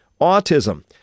autism